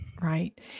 Right